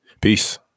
Peace